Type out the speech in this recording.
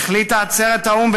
החליטה עצרת האו"ם,